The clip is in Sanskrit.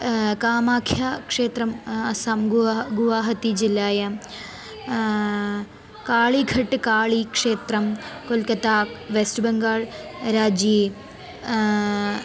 कामाख्याक्षेत्रम् अस्सां गुहः गुवाहटि जिल्ला कालिघट् कालिक्षेत्रं कोल्कत्ता वेस्ट् बेङ्गाल् राज्ये